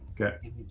Okay